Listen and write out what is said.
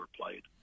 played